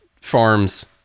farms